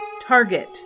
target